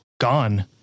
gone